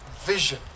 vision